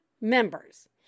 members